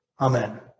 amen